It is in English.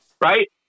right